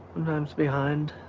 sometimes behind.